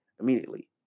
immediately